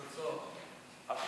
התרבות והספורט נתקבלה.